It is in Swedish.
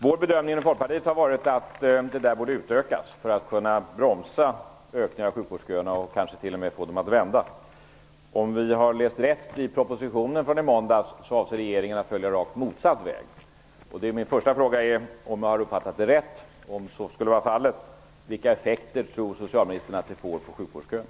Vår bedömning inom Folkpartiet har varit att detta borde utökas för att bromsa ökningen av sjukvårdsköerna och kanske t.o.m. få dem att vända. Om vi har läst rätt i propositionen från i måndags avser regeringen att följa rakt motsatt väg. Min första fråga är: Har jag uppfattat det rätt? Om så skulle vara fallet: Vilka effekter tror socialministern att det får för sjukvårdsköerna?